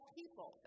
people